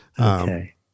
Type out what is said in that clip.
Okay